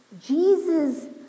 Jesus